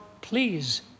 please